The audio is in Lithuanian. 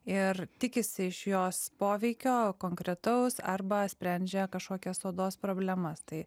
ir tikisi iš jos poveikio konkretaus arba sprendžia kažkokias odos problemas tai